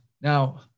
Now